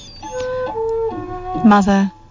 mother